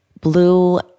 blue